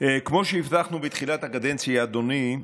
כמו שהבטחנו בתחילת הקדנציה, אדוני,